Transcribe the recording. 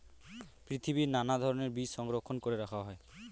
পৃথিবীর নানা ধরণের বীজ সংরক্ষণ করে রাখা হয়